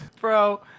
Bro